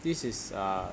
this is uh